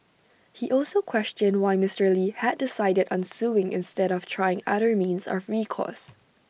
he also questioned why Mister lee had decided on suing instead of trying other means of recourse